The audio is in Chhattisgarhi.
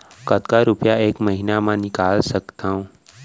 कतका रुपिया एक महीना म निकाल सकथव?